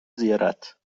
زیارت